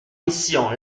mission